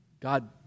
God